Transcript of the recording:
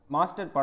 Master